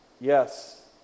yes